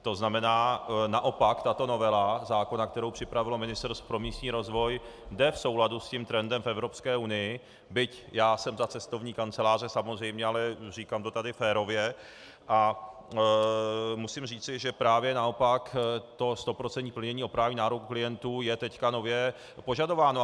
To znamená, naopak tato novela zákona, kterou připravilo Ministerstvo pro místní rozvoj, jde v souladu s trendem v Evropské unii, byť já jsem za cestovní kanceláře samozřejmě, ale říkám to tady férově, a musím říci, že právě naopak to stoprocentní plnění, oprávněný nárok klientů, je teď nově požadováno.